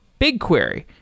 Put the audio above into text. BigQuery